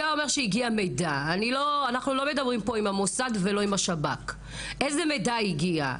אתה אומר שהגיע מידע, איזה מידע הגיע?